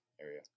area